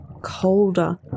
colder